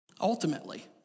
Ultimately